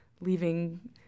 leaving